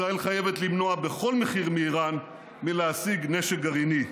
ישראל חייבת למנוע בכל מחיר מאיראן להשיג נשק גרעיני,